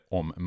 om